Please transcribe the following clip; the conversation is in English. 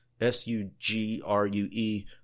S-U-G-R-U-E